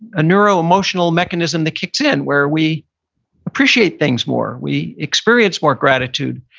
a neuro-emotional mechanism that kicks in where we appreciate things more. we experience more gratitude.